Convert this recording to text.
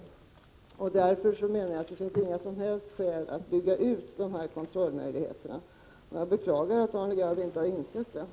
Det finns därför enligt min mening inga som helst skäl att bygga ut dessa kontrollmöjligheter. Jag beklagar att Arne Gadd inte har insett detta.